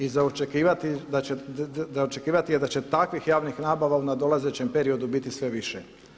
I za očekivati je da će takvih javnih nabava u nadolazećem periodu biti sve više.